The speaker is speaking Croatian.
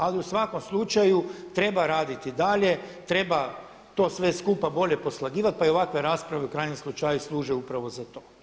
Ali u svakom slučaju treba raditi dalje, treba to sve skupa bolje poslagivati, pa i ovakve rasprave u krajnjem slučaju služe upravo za to.